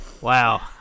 Wow